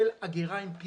של אגירה עם פי.וי.